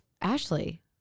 Ashley